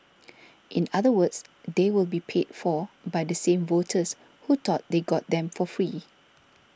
in other words they will be paid for by the same voters who thought they got them for free